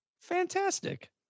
Fantastic